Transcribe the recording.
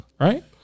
right